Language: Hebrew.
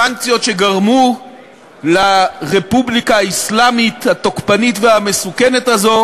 סנקציות שגרמו לרפובליקה האסלאמית התוקפנית המסוכנת הזאת